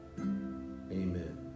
amen